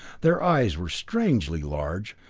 their eyes were strangely large,